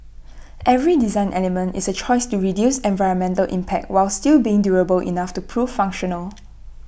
every design element is A choice to reduce environmental impact while still being durable enough to prove functional